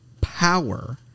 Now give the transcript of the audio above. power